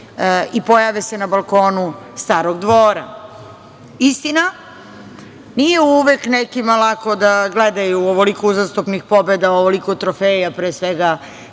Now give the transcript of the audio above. i pojave se na balkonu Starog dvora. Istina, nije uvek nekima lako da gledaju ovoliko uzastopnih pobeda i ovoliko trofeja, pre svega,